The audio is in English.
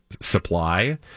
supply